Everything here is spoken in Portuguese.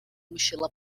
mochila